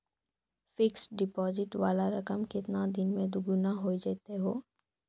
Fixed deposit वाला रकम केतना दिन मे दुगूना हो जाएत यो?